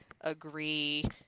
agree